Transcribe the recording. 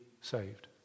saved